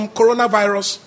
coronavirus